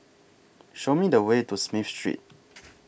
Show Me The Way to Smith Street